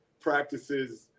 practices